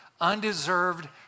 undeserved